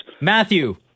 Matthew